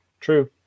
True